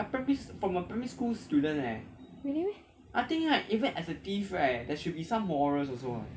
really meh